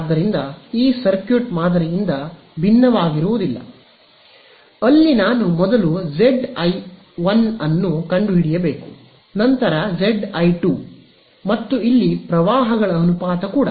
ಆದ್ದರಿಂದ ಈ ಸರ್ಕ್ಯೂಟ್ ಮಾದರಿಯಿಂದ ಭಿನ್ನವಾಗಿರುವುದಿಲ್ಲ ಅಲ್ಲಿ ನಾನು ಮೊದಲು ಜೆಡ್ ಐ1 ಅನ್ನು ಕಂಡುಹಿಡಿಯಬೇಕು ನಂತರ ಜೆಡ್ ಐ2 ಮತ್ತು ಇಲ್ಲಿ ಪ್ರವಾಹಗಳ ಅನುಪಾತ ಕೂಡ